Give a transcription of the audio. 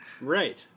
Right